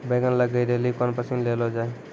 बैंगन लग गई रैली कौन मसीन ले लो जाए?